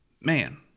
man